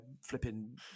flipping